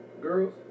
Girls